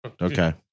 Okay